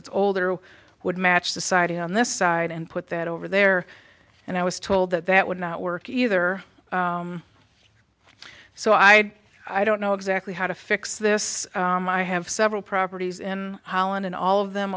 it's older would match the siding on this side and put that over there and i was told that that would not work either so i had i don't know exactly how to fix this i have several properties in holland and all of them